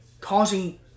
causing